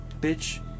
Bitch